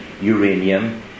uranium